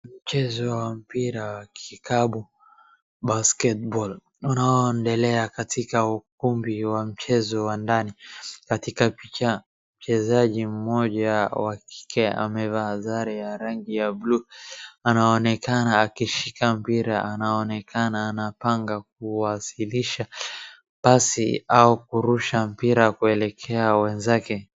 Mchezo wa mpira kikapu, basketball, unaoendelea katika ukumbi wa mchezo wa ndani. Katika picha, mchezaji mmoja wa kike amevaa sare ya rangi ya blue, anaonekana akishika mpira anaonekana anapanga kuwasilisha pasi au kurusha mpira kuelekea wenzake.